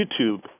YouTube